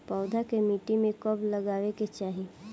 पौधा के मिट्टी में कब लगावे के चाहि?